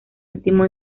último